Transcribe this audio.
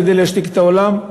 כדי להשתיק את העולם.